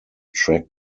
track